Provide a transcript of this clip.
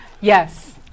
Yes